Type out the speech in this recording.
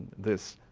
this,